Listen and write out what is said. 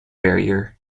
barrier